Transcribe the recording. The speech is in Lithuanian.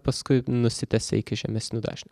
paskui nusitęsia iki žemesnių dažnių